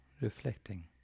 reflecting